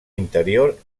interior